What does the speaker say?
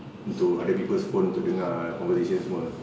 into other people's phone untuk dengar conversation semua